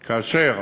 כאשר,